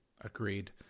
agreed